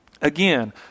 Again